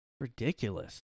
Ridiculous